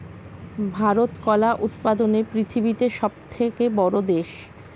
ভারত কলা উৎপাদনে পৃথিবীতে সবথেকে বড়ো দেশ